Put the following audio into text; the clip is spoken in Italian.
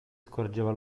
scorgeva